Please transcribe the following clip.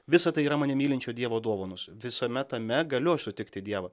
visa tai yra mane mylinčio dievo dovanos visame tame galiu aš sutikti dievą